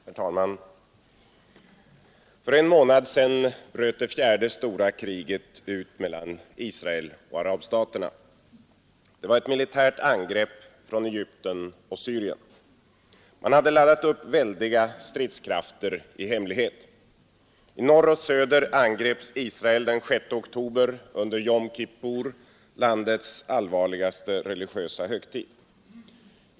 Herr talman! För en månad sedan bröt det fjärde stora kriget ut mellan Israel och arabstaterna. Det var ett militärt angrepp från Egypten och Syrien. Man hade laddat upp väldiga stridskrafter i hemlighet. I norr och söder angreps Israel den 6 oktober under Jom Kippur, landets allvarligaste religiösa högtid.